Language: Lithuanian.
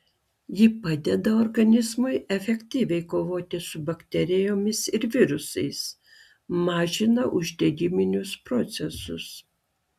ji padeda organizmui efektyviai kovoti su bakterijomis ir virusais mažina uždegiminius procesus